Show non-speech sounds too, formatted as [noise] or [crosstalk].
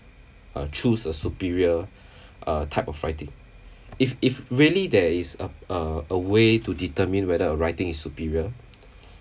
uh choose a superior [breath] uh type of writing if if really there is a a a way to determine whether a writing is superior